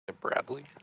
Bradley